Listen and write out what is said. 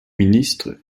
ministre